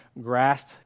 grasp